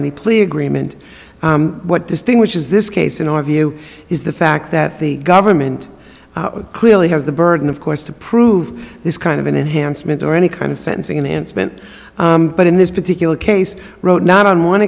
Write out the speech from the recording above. any plea agreement what distinguishes this case in our view is the fact that the government clearly has the burden of course to prove this kind of an enhancement or any kind of sentencing in and spent but in this particular case wrote not on one